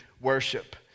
worship